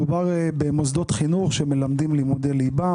מדובר במוסדות חינוך שמלמדים לימודי ליבה,